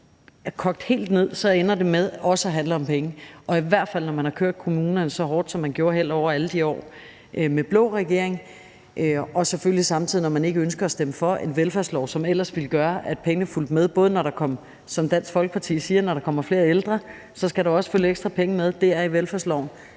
Og kogt helt ned ender det også med at handle om penge, og i hvert fald når man har kørt kommunerne så hårdt, som man har gjort hen over alle de år med en blå regering, og når man selvfølgelig samtidig ikke ønsker at stemme for en velfærdslov, som ellers ville gøre, at pengene fulgte med, både når der, som Dansk Folkeparti siger, kommer flere ældre, hvor der skal følge ekstra penge med – det er i velfærdsloven